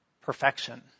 perfection